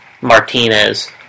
Martinez